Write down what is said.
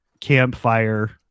campfire